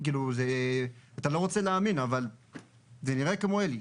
אתה לא רוצה להאמין, אבל זה נראה כמו אלי.